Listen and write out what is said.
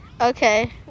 Okay